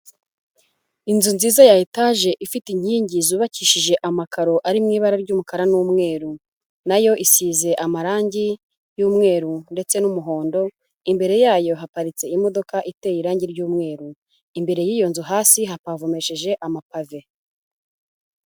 Inzu nziza ya etaje ifite inkingi zubakishije amakaro ari mu ibara ry'umukara n'umweru, na yo isize amarangi y'umweru ndetse n'umuhondo, imbere yayo haparitse imodoka iteye irangi ry'umweru, imbere y'iyo nzu hasi hapavumesheje amapave.